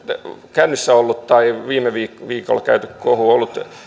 käynnissä ollut tai viime viikolla käyty kohu ollut